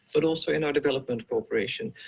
but also in our development corporation.